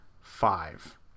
five